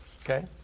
Okay